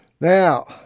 Now